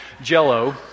Jell-O